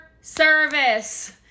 service